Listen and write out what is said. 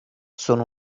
sono